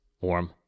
warm